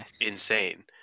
insane